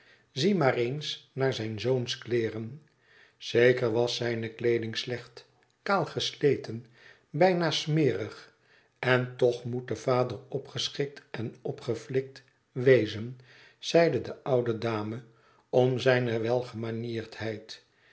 zie maar eens naar zijn zoons kleeren zeker was zijne klooding slecht kaal gesleten bijna smerig en toch moet de vader opgeschikt en opgedikt wezen zeide de oude dame om zijne